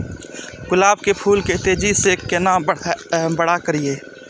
गुलाब के फूल के तेजी से केना बड़ा करिए?